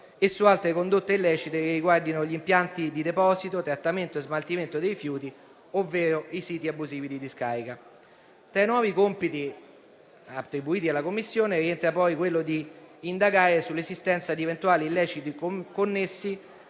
e su altre condotte illecite che riguardino gli impianti di deposito, trattamento e smaltimento dei rifiuti, ovvero i siti abusivi discarica. Tra i nuovi compiti attribuiti alla Commissione, rientra quello di indagare sull'esistenza di eventuali illeciti connessi